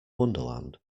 wonderland